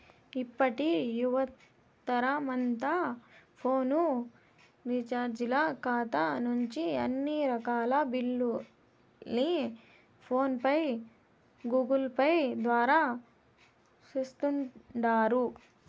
ఇప్పటి యువతరమంతా ఫోను రీచార్జీల కాతా నుంచి అన్ని రకాల బిల్లుల్ని ఫోన్ పే, గూగుల్పేల ద్వారా సేస్తుండారు